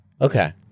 Okay